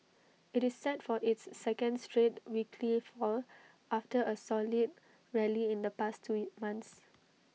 IT is set for its second straight weekly fall after A solid rally in the past two months